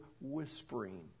whispering